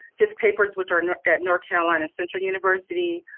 his papers which are at north carolina central university,